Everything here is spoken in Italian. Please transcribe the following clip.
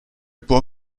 può